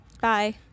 Bye